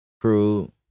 crew